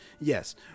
yes